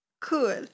Cool